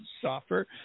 software